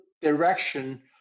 direction